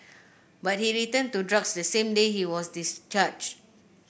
but he returned to drugs the same day he was discharged